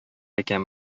икән